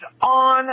on